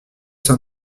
s’en